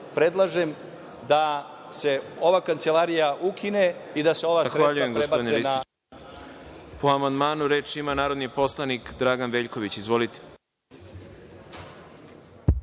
predlažem da se ova kancelarija ukine i da se sredstva prebace na